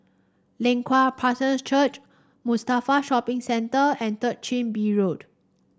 Leng Kwang Church Mustafa Shopping Centre and Third Chin Bee Road